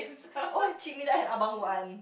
oh cik Midah and abang Wan